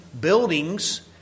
buildings